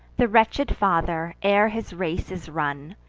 the wretched father, ere his race is run,